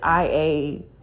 IA